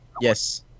yes